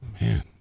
Man